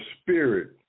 spirit